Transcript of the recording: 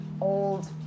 old